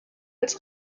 als